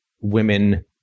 women